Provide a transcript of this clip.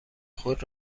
خود